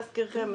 להזכירכם,